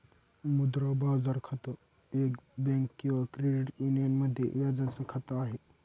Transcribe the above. मुद्रा बाजार खातं, एक बँक किंवा क्रेडिट युनियन मध्ये व्याजाच खात आहे